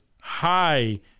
high